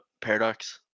paradox